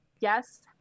yes –